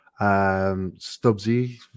Stubbsy